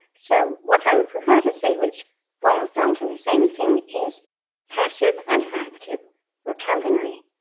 so what i would prefer to say, which boils down to the same thing, is passive and active vocabulary.